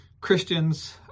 Christians